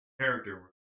character